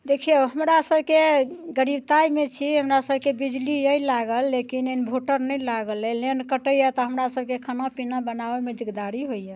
देखियौ हमरासभके गरीबताइमे छी हमरासभके बिजली अइ लागल लेकिन इन्वर्टर नहि अइ लागल लाइन कटैए तऽ हमरासभके खाना पीना बनाबयमे दिकदारी होइए